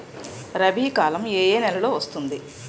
రబీ కాలం ఏ ఏ నెలలో వస్తుంది?